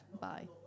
bye